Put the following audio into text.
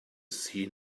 seen